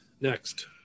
Next